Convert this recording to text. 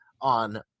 on